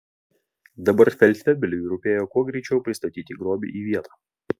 dabar feldfebeliui rūpėjo kuo greičiau pristatyti grobį į vietą